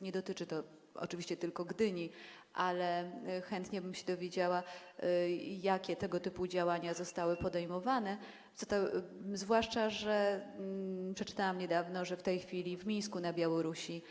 Nie dotyczy to oczywiście tylko Gdyni, ale chętnie bym się dowiedziała, jakie działania tego typu zostały podjęte, zwłaszcza że przeczytałam niedawno, że w tej chwili w Mińsku na Białorusi